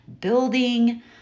building